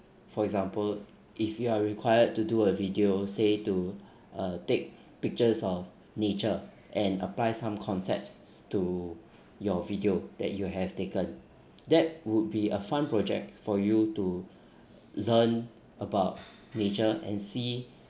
for example if you are required to do a video say to uh take pictures of nature and apply some concepts to your video that you have taken that would be a fun project for you to learn about nature and see